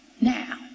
Now